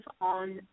on